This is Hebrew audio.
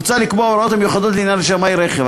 מוצע לקבוע הוראות המיוחדות לעניין שמאי רכב.